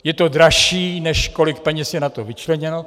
Je to dražší, než kolik peněz je na to vyčleněno.